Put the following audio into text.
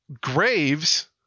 Graves